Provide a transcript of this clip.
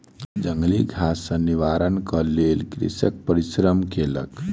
जंगली घास सॅ निवारणक लेल कृषक परिश्रम केलक